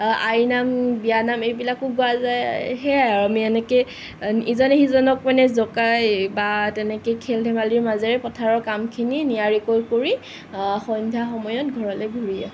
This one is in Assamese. আইনাম বিয়ানাম এইবিলাকো গোৱা যায় সেয়াই আৰু আমি এনেকেই ইজনে সিজনক মানে জ'কাই বা তেনেকে খেল ধেমালিৰ মাজেৰে পথাৰৰ কামখিনি নিয়াৰিকৈ কৰি সন্ধ্যা সময়ত ঘৰলে ঘূৰি আহোঁ